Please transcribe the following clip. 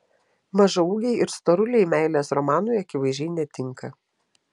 mažaūgiai ir storuliai meilės romanui akivaizdžiai netinka